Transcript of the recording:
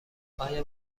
آیا